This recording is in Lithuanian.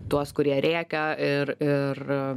tuos kurie rėkia ir ir